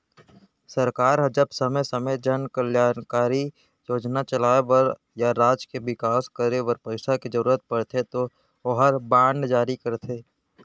सरकार ह जब समे समे जन कल्यानकारी योजना चलाय बर या राज के बिकास करे बर पइसा के जरूरत परथे तौ ओहर बांड जारी करथे